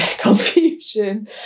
confusion